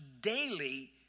daily